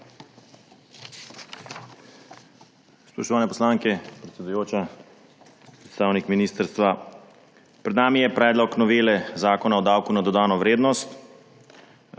Spoštovane poslanke, predsedujoča, predstavnik ministrstva! Pred nami je predlog novele Zakona o davku na dodano vrednost,